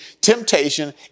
temptation